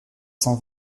cent